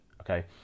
okay